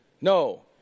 No